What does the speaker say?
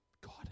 God